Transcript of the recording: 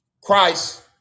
Christ